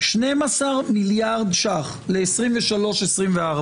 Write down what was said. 12 מיליארד ש"ח ל-2023, 2024,